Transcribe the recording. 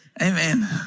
Amen